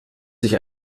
sich